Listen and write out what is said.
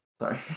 Sorry